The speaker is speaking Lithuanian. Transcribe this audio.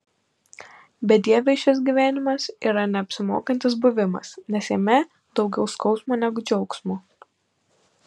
bedieviui šis gyvenimas yra neapsimokantis buvimas nes jame daugiau skausmo negu džiaugsmo